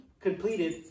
completed